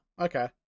Okay